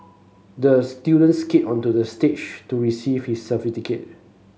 the student skated onto the stage to receive his certificate